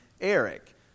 Eric